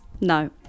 No